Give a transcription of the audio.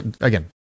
Again